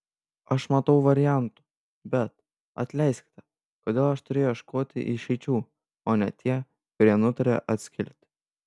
aš matau variantų bet atleiskite kodėl aš turiu ieškoti išeičių o ne tie kurie nutarė atskilti